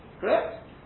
Correct